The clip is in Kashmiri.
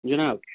جِناب